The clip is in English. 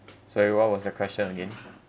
sorry what was the question again